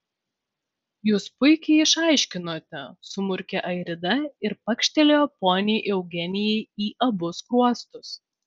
jūs puikiai išaiškinote sumurkė airida ir pakštelėjo poniai eugenijai į abu skruostus